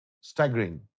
staggering